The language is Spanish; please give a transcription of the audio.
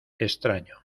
extraño